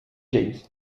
james